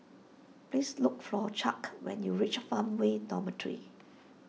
please look for Chuck when you reach Farmway Dormitory